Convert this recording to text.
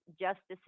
justices